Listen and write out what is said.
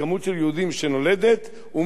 אוכלוסייה של יהודים שנולדת ומתווספת.